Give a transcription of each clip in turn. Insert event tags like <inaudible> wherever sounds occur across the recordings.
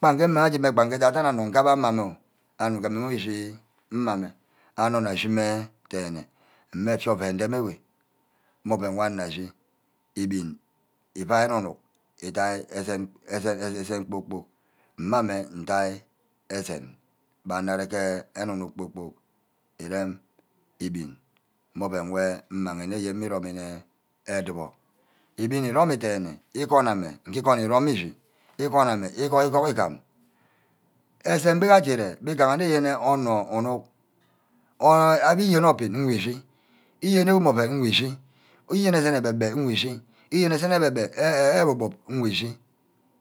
Gbange adan-adan onor nge abbe ama meh oh anim ngume ushi mma mme anor nna ashime den-me, mme effia ndem ewe, mme oven woh anor ashi, ebin ivai eno-nuck, idai esene, kpor-kpork, mma mme ndiah esene mbe anor areke enug-nug kporkpork, irem ebin mme oven wu mmang nneyene mme romine adubor, ebin ermine den-ner, igon amme ngi-igon irome ushi, egon ame igog, igog igam, esan beh gaje ire mbe gaha nte onor unuck, ami yen obin ngwu ushi uyen mmor aven ugu ushi, ugen esen egbe-gbe ugu ushi, ugen esene ebob-bob ugu ushi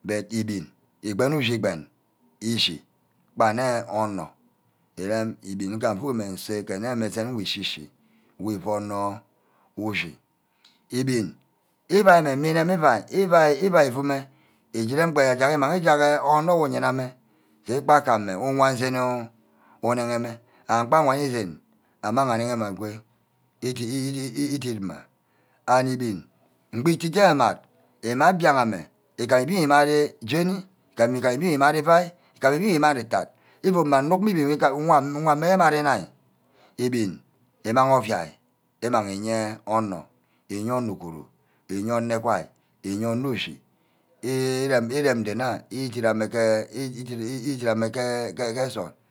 but ebin uben-ushi-ugben eshi gba ana ke onok, irem ebin nka mvuck mme nne nsah ke esene nwor eshi-shi, wu iforno ushi, ebin evai mme, mme eneme evia, evai efume uju rem gba umang ujag onor wu yene-ama, so gbaka anne uwan seni uneggeme agba gani sen uwan sen amang mme anege-me ago idit mma and ebin egbi ije amat, emat mbi aghame, igam ebin wor emat jeni, igama ebin emat ivai, igam ebin emat etat, ivun mma inuck mma ebin mma mme ibari enine, ebin imang ovia, imang iye onor, iye onor uguru, iye onor egwai, iye onor ushi <hesitation>